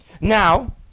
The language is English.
Now